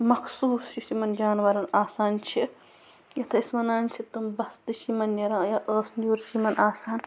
مخصوٗص یُس یِمَن جانوَرَن آسان چھِ یَتھ أسۍ وَنان چھِ تِم بَستہٕ چھِ یِمَن نیران یا ٲس نیوٗر چھِ یِمَن آسان